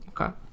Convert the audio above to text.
Okay